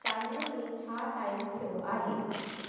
China में छा time थियो आहे